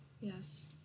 Yes